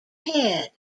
head